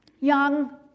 Young